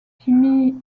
timmy